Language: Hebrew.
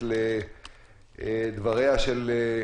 ולמאזינים לדיון של הוועדה.